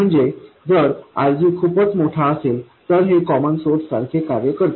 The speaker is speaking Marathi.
म्हणजे जर RG खूपच मोठा असेल तर हे कॉमन सोर्स सारखे कार्य करते